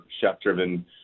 chef-driven